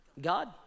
god